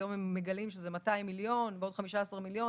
פתאום הם מגלים שזה 200 מיליון ועוד 15 מיליון.